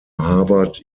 harvard